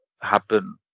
happen